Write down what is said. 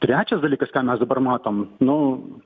trečias dalykas ką mes dabar matom nu